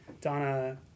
Donna